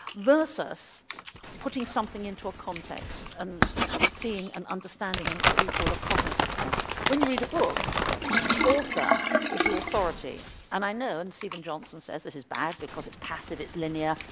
versus putting something into a context and seeing and understanding in what we would call a cognitive sense. when you read a book the author is the authority and i know and steven johnson says this is bad because it's passive, it's linear,